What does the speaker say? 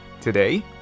Today